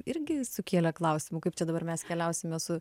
irgi sukėlė klausimų kaip čia dabar mes keliausime su